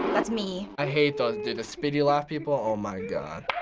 that's me. i hate those, the the spitty laugh people. oh my god.